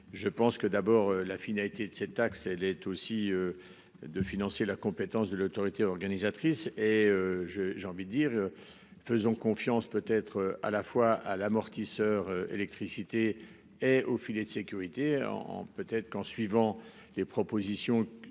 je pense que d'abord la finalité de cette taxe elle est aussi. De financer la compétence de l'autorité organisatrice et je, j'ai envie de dire. Faisons confiance peut être à la fois à l'amortisseur électricité et au filet de sécurité en peut être qu'en suivant les propositions